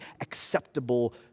acceptable